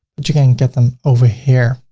but you can get them over here.